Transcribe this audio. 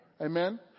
Amen